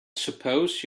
suppose